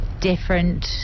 different